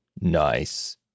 Nice